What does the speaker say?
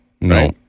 No